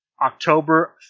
October